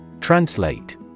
Translate